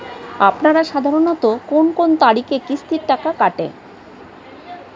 আপনারা সাধারণত কোন কোন তারিখে কিস্তির টাকা কাটে?